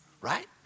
Right